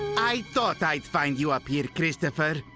i thought i'd find you up here, christopher.